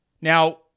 Now